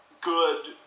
good